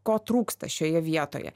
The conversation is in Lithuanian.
ko trūksta šioje vietoje